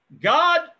God